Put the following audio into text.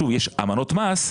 שוב, יש אמנות מס.